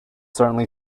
certainly